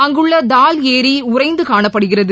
அங்குள்ள தூல் ஏரி உறைந்து காணப்படுகிறது